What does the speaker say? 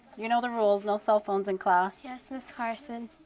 you know the rules, no cell phones in class. yes, ms. carson.